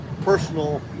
personal